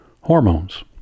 hormones